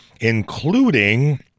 including